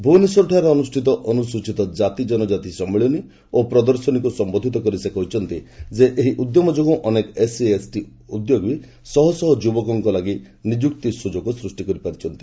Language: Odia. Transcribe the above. ଭୁବନେଶ୍ୱରଠାରେ ଅନୁଷ୍ଠିତ ଅନୁସୂଚିତ କାତି ଜନଜାତି ସମ୍ମିଳନୀ ଓ ପ୍ରଦର୍ଶନୀକୁ ସମ୍ଭୋଧିତ କରି ସେ କହିଛନ୍ତି ଏହି ଉଦ୍ୟମ ଯୋଗୁଁ ଅନେକ ଏସ୍ସି ଏସ୍ଟି ଉଦ୍ୟୋଗୋ ଶହ ଶହ ଯୁବକଙ୍କ ଲାଗି ନିଯୁକ୍ତି ସୁଯୋଗ ସୃଷ୍ଟି କରିପାରିଛନ୍ତି